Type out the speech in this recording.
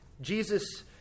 Jesus